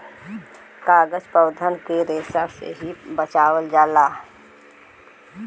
कागज पौधन के रेसा से ही बनावल जाला